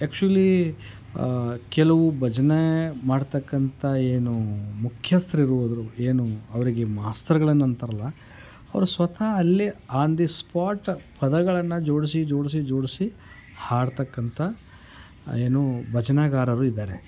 actually ಕೆಲವು ಭಜನೆ ಮಾಡತಕ್ಕಂಥ ಏನು ಮುಖ್ಯಸ್ತ್ರು ಇರುವುದು ಏನು ಅವರಿಗೆ ಮಾಸ್ತರ್ಗಳು ಅಂತಾರಲ್ಲ ಅವ್ರು ಸ್ವತಃ ಅಲ್ಲೇ ಆನ್ ದಿ ಸ್ಪಾಟ್ ಪದಗಳನ್ನು ಜೋಡಿಸಿ ಜೋಡಿಸಿ ಜೋಡಿಸಿ ಹಾಡತಕ್ಕಂಥ ಏನು ಭಜನಾಗಾರರು ಇದ್ದಾರೆ